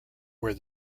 where